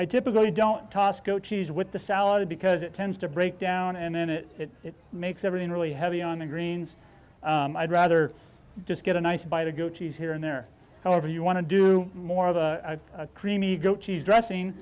i typically don't toss coach use with the salad because it tends to break down and then it makes everything really heavy on the greens and i'd rather just get a nice by the goat cheese here and there however you want to do more of a creamy goat cheese dressing